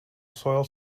soil